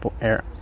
Air